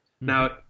Now